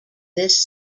this